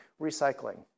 recycling